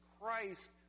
Christ